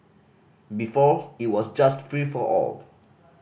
before it was just free for all